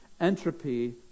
entropy